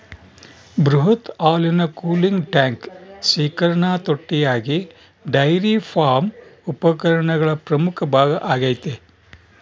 ಬೃಹತ್ ಹಾಲಿನ cooling tank ಶೇಖರಣಾ ತೊಟ್ಟಿಯಾಗಿ ಡೈರಿ ಫಾರ್ಮ್ ಉಪಕರಣಗಳ ಪ್ರಮುಖ ಭಾಗ ಆಗೈತೆ